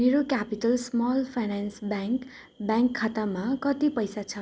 मेरो capital small finance bank bank खातामा कति पैसा छ